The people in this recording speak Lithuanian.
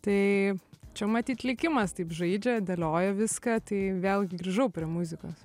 tai čia matyt likimas taip žaidžia dėlioja viską tai vėlgi grįžau prie muzikos